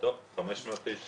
טוב, 500 איש.